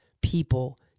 people